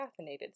caffeinated